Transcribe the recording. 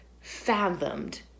fathomed